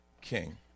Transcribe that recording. king